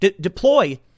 deploy